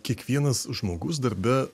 kiekvienas žmogus darbe